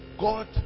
God